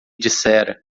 dissera